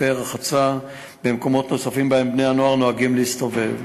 בחופי רחצה ובמקומות נוספים שבהם בני-נוער נוהגים להסתובב.